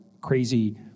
crazy